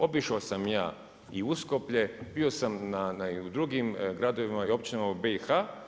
Obišao sam ja i Uskoplje, bio sam i u drugim gradovima i općinama u BiH.